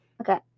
Okay